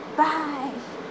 bye